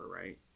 right